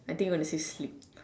I think you want to say sleep